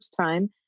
time